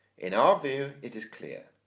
in our view it is clear,